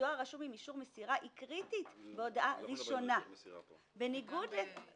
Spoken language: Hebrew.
ודואר רשום עם אישור מסירה הוא קריטי בהודעה ראשונה ובדמי עיקול.